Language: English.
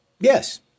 yes